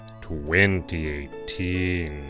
2018